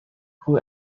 who